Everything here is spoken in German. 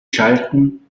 schalten